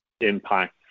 impact